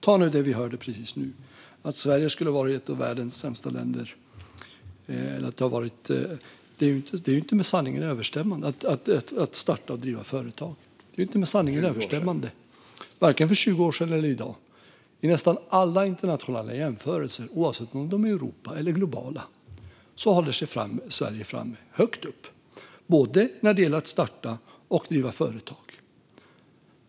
Ta det vi hörde precis nu, att Sverige skulle ha varit ett av världens sämsta länder att starta och driva företag i. Det är ju inte med sanningen överensstämmande, vare sig för 20 år sedan eller i dag. I nästan alla internationella jämförelser, oavsett om de gäller Europa eller är globala, håller sig Sverige framme högt upp, både när det gäller att starta och att driva företag.